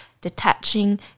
detaching